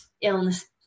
illness